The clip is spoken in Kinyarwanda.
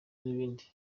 n’ibindi